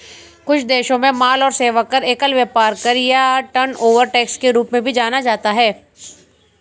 कुछ देशों में माल और सेवा कर, एकल व्यापार कर या टर्नओवर टैक्स के रूप में भी जाना जाता है